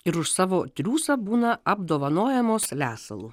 ir už savo triūsą būna apdovanojamos lesalu